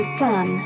fun